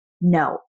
no